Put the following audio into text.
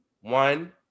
One